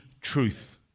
truth